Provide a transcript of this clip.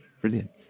brilliant